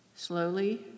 Slowly